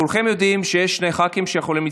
כולכם יודעים ששני ח"כים יכולים להצטרף.